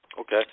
Okay